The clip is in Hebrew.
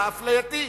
האפלייתי,